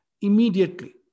immediately